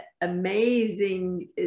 amazing